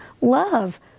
love